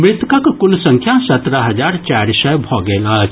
मृतकक कुल संख्या सत्रह हजार चारि सय भऽ गेल अछि